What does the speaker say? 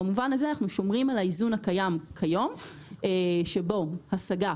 במובן הזה אנחנו שומרים על האיזון הקיים כיום שבו השגה,